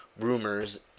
rumors